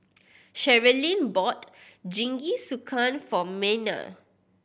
Sherilyn bought Jingisukan for Mena